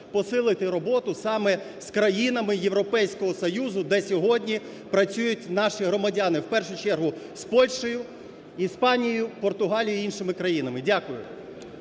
посилити роботу саме з країнами Європейського Союзу, де сьогодні працюють наші громадяни, в першу чергу з Польщею, Іспанією, Португалією, іншими країнами. Дякую.